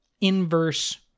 inverse